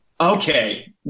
Okay